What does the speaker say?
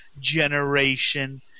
generation